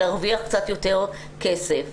להרוויח קצת יותר כסף.